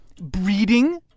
breeding